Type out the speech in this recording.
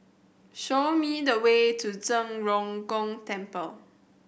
show me the way to Zhen Ren Gong Temple